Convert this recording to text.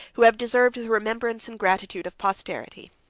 who have deserved the remembrance and gratitude of posterity.